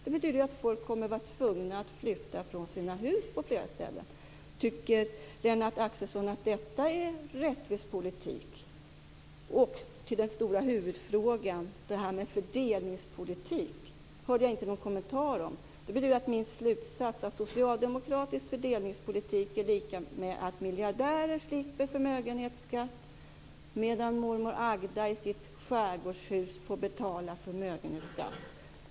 Det betyder att folk på många håll kommer att bli tvungna att flytta från sina hus. Tycker Lennart Axelsson att det är rättvis politik? När det gäller huvudfrågan - den om fördelningspolitik - hörde jag inte någon kommentar. Det betyder att min slutsats blir att socialdemokratisk fördelningspolitik är lika med att miljardärer slipper förmögenhetsskatt medan mormor Agda i sitt skärgårdshus får betala förmögenhetsskatt.